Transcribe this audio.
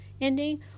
ending